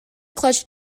clutch